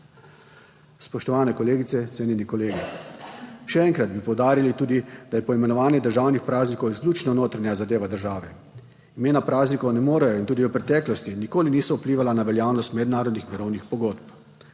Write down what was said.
Spoštovane kolegice, cenjeni kolegi! Še enkrat bi poudarili tudi, da je poimenovanje državnih praznikov izključno notranja zadeva države, imena praznikov ne morejo in tudi v preteklosti nikoli niso vplivala na veljavnost mednarodnih mirovnih pogodb.